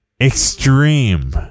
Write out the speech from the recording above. extreme